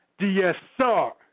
DSR